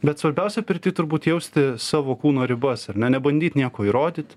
bet svarbiausia pirty turbūt jausti savo kūno ribas ar ne nebandyt nieko įrodyt